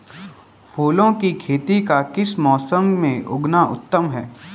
फूलों की खेती का किस मौसम में उगना उत्तम है?